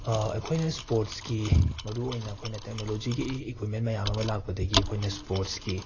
ꯑꯩꯈꯣꯏꯅ ꯁ꯭ꯄꯣꯔꯠꯁꯀꯤ ꯃꯔꯨꯑꯣꯏꯅ ꯑꯩꯈꯣꯏꯅ ꯇꯦꯛꯅꯣꯂꯣꯖꯤꯒꯤ ꯏ ꯏꯀ꯭ꯋꯤꯝꯃꯦꯟ ꯃꯌꯥꯝ ꯑꯃ ꯂꯥꯛꯄꯗꯒꯤ ꯑꯩꯈꯣꯏꯅ ꯁ꯭ꯄꯣꯔꯠꯁꯀꯤ